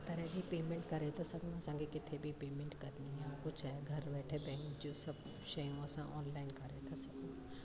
हर तरह जी पेमेंट करे था सघूं असांखे किते बि पेमेंट करणी आहे कुझु आहे घर वेठे बैंक जो सभु शयूं असां ऑनलाइन करे था सघूं